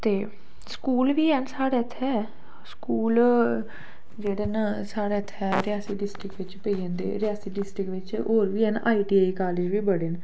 ते स्कूल बी ऐन स्हाड़ै उत्थे स्कूल जेह्ड़े साढ़े उत्थै रियासी डिस्ट्रिक बिच पेई जंदे रियासी डिस्ट्रिक बिच होर बी ऐन आईटीआई कॉलेज बी बड़े न